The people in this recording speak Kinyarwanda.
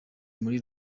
muri